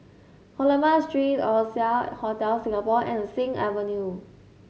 Coleman Street Oasia Hotel Singapore and Sing Avenue